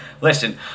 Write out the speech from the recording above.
Listen